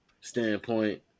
standpoint